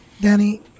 Danny